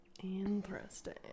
interesting